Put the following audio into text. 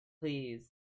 Please